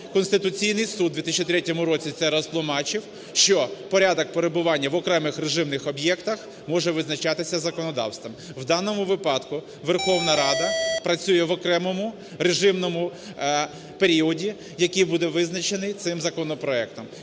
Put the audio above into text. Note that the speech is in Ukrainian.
Конституційний Суд у 2003 році це розтлумачив, що порядок перебування в окремих режимних об'єктах може визначатися законодавством. У даному випадку Верховна Рада працює в окремому режимному періоді, який буде визначений цим законопроектом,